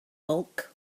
bulk